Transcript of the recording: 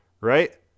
right